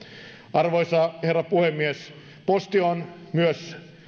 arvoisa herra puhemies posti on myös